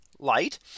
light